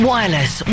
Wireless